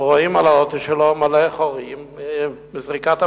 אבל רואים על האוטו שלו, מלא חורים מזריקת אבנים.